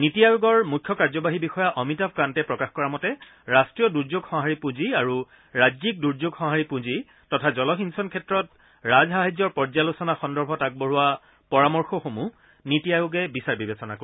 নীতি আয়োগৰ মুখ্য কাৰ্যবাহী বিষয়া অমিতাভ কান্তে প্ৰকাশ কৰা মতে ৰাট্টীয় দুৰ্যোগ সঁহাৰি পুঁজি আৰু ৰাজ্যিক দূৰ্যোগ সূঁহাৰি পুঁজি তথা জলসিঞ্চন ক্ষেত্ৰত ৰাজসাহায্যৰ পৰ্যালোচনা কৰাৰ সন্দৰ্ভত আগবঢ়োৱা পৰামৰ্শসমূহ নীতি আয়োগে বিচাৰ বিবেচনা কৰিব